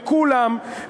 לכולם,